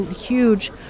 huge